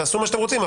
תעשו מה שאתם רוצים.